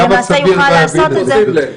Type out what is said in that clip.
יוכל לעשות את זה.